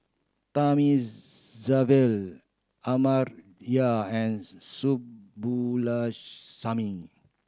Thamizhavel Amartya and Subbulakshmi